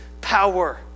Power